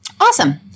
Awesome